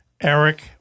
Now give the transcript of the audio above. Eric